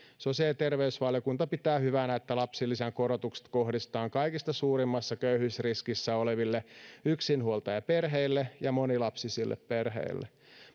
sosiaali ja terveysvaliokunta pitää hyvänä että lapsilisän korotukset kohdistetaan kaikista suurimmassa köyhyysriskissä oleville yksinhuoltajaperheille ja monilapsisille perheille